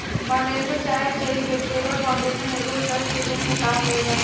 foundation चाहे charitable foundation एगो trust के रूप में काम करेला